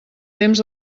temps